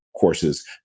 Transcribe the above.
courses